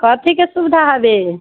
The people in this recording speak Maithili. कथीकेँ सुविधा हबे